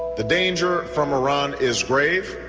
the danger from iran is grave,